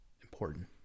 important